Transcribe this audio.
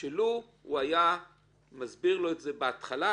שלוּ הוא היה מסביר לו בהתחלה,